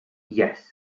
yes